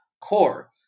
core